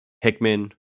Hickman